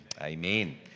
amen